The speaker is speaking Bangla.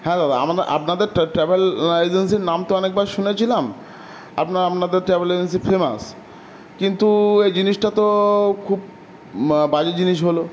হ্যাঁ দাদা আমরা আপনাদের ট্র্যাভেল এজেন্সির নাম তো অনেকবার শুনেছিলাম আপনার আপনাদের ট্র্যাভেল এজেন্সি ফেমাস কিন্তু এই জিনিসটা তো খুব বাজে জিনিস হলো